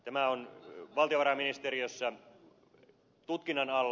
tämä on valtiovarainministeriössä tutkinnan alla